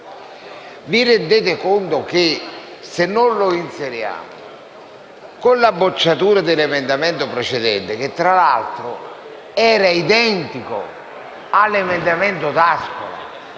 Vi rendete conto che se non lo inseriamo, con la bocciatura del subemendamento precedente, che tra l'altro era identico all'emendamento a